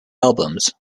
albums